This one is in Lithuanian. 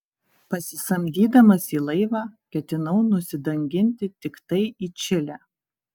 pasisamdydamas į laivą ketinau nusidanginti tiktai į čilę